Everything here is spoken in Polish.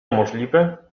możliwe